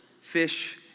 fish